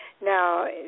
Now